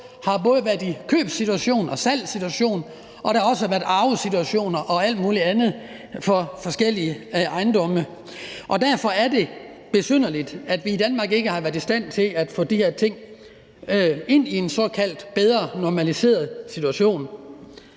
har både været i købssituationer og salgssituationer, og det har også været i arvesituationer og alt muligt andet i forhold til forskellige ejendomme. Derfor er det besynderligt, at vi i Danmark ikke har været i stand til at få de her ting bedre ind i en såkaldt normalsituation.